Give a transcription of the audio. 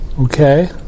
okay